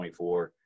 24